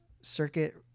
circuit